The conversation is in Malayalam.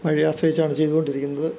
മഴയെ ആശ്രയിച്ചാണ് ചെയ്തോണ്ടിരിക്കുന്നത്